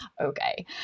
Okay